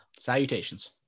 Salutations